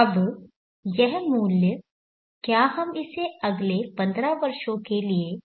अब यह मूल्य क्या हम इसे अगले 15 वर्षों के लिए